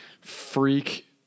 freak